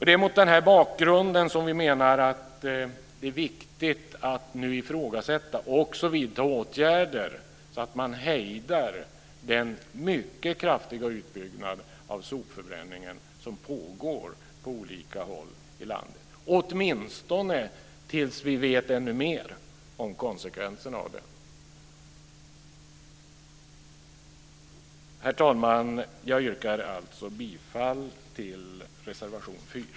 Det är mot den här bakgrunden som vi menar att det är viktigt att nu ifrågasätta och också vidta åtgärder för att hejda den mycket kraftiga utbyggnad av sopförbränningen som pågår på olika håll i landet, åtminstone tills vi vet ännu mer om konsekvenserna av den. Herr talman! Jag yrkar alltså bifall till reservation 4.